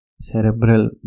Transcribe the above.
Cerebral